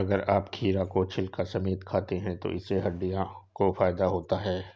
अगर आप खीरा को छिलका समेत खाते हैं तो इससे हड्डियों को फायदा होता है